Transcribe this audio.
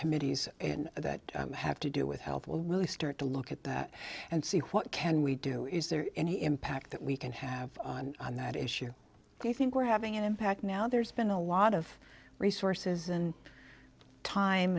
committees that have to do with health will really start to look at that and see what can we do is there any impact that we can have on that issue i think we're having an impact now there's been a lot of resources and time